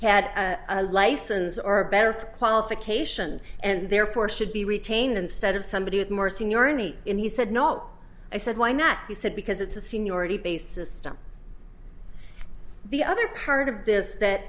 had a license or better qualification and therefore should be retained instead of somebody with more seniority and he said no i said why not he said because it's a seniority based system the other part